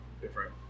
different